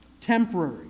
temporary